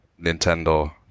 Nintendo